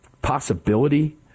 possibility